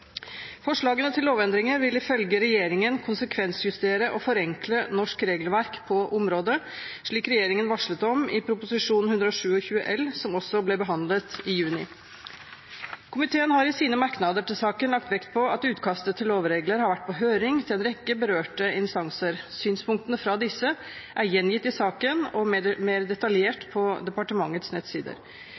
Forslagene til lovendringer vil ifølge regjeringen konsekvensjustere og forenkle norsk regelverk på området, slik regjeringen varslet om i Prop. 127 L, som også ble behandlet i juni. Komiteen har i sine merknader til saken lagt vekt på at utkastet til lovregler har vært på høring til en rekke berørte instanser. Synspunktene fra disse er gjengitt i saken og mer detaljert på departementets nettsider.